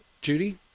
Judy